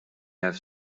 have